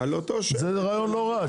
זה רעיון לא רע,